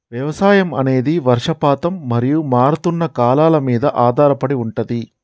వ్యవసాయం అనేది వర్షపాతం మరియు మారుతున్న కాలాల మీద ఆధారపడి ఉంటది